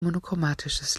monochromatisches